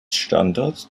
standort